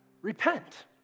Repent